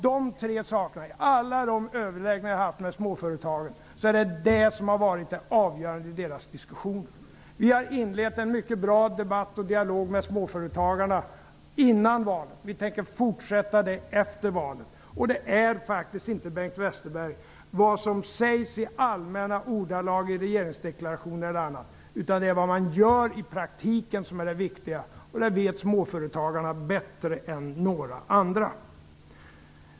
I alla de överläggningar jag har haft med småföretagen har det framförts som det avgörande. Vi inledde en mycket bra dialog med småföretagarna före valet. Vi tänker fortsätta den efter valet. Det är faktiskt inte vad som sägs i allmänna ordalag i regeringsdeklarationer eller andra dokument utan vad man gör i praktiken som är det viktiga, Bengt Westerberg, och det vet småföretagarna bättre än några andra.